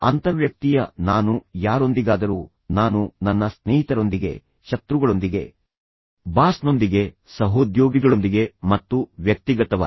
ಅಂತರ್ವ್ಯಕ್ತೀಯಃ ನಾನು ಯಾರೊಂದಿಗಾದರೂ ಬೇರೆಯವರೊಂದಿಗೆ ನಾನು ನನ್ನ ಸ್ನೇಹಿತರೊಂದಿಗೆ ನಾನು ನನ್ನ ಶತ್ರುಗಳೊಂದಿಗೆ ನಾನು ನನ್ನ ಬಾಸ್ನೊಂದಿಗೆ ನಾನು ನನ್ನ ಸಹೋದ್ಯೋಗಿಗಳೊಂದಿಗೆ ಮತ್ತು ವ್ಯಕ್ತಿಗತವಾಗಿ